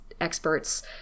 experts